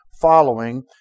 following